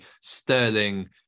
sterling